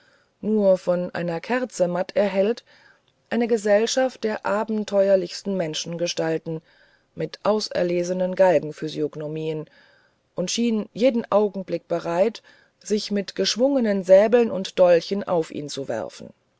nur von einer kerze matt erhellt eine gesellschaft der abenteuerlichsten menschengestalten mit auserlesenen galgenphysiognomien und schien jeden augenblick bereit sich mit geschwungenen säbeln und dolchen auf ihn zu werfen